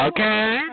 Okay